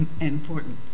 important